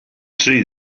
see